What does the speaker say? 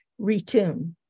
retune